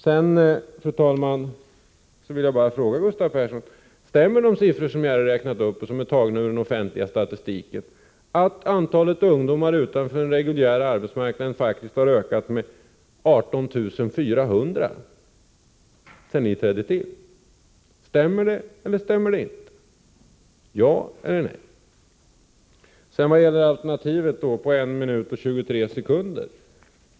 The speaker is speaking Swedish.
Sedan, fru talman, vill jag fråga Gustav Persson: Stämmer de siffror som jag har läst upp och som är tagna ur den offentliga statistiken, nämligen att antalet ungdomar utanför den reguljära arbetsmarknaden faktiskt har ökat med 18 400 sedan ni trädde till? Stämmer det eller stämmer det inte? Ja eller nej? Vad sedan gäller alternativ vill jag, på 1 minut och 23 sekunder, säga följande.